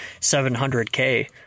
700k